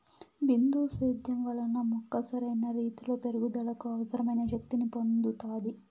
బిందు సేద్యం వలన మొక్క సరైన రీతీలో పెరుగుదలకు అవసరమైన శక్తి ని పొందుతాది